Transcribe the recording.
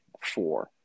four